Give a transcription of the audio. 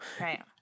Right